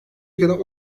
ülkeden